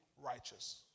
righteous